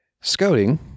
Scouting